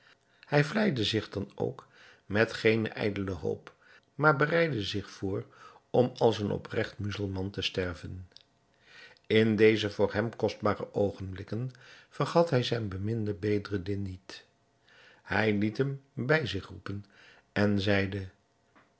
hij vleide zich dan ook met geene ijdele hoop maar bereidde zich voor om als een opregt muzelman te sterven in deze voor hem kostbare oogenblikken vergat hij zijn beminden bedreddin niet hij liet hem bij zich roepen en zeide